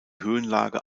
höhenlage